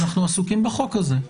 אנחנו עסוקים בחוק הזה.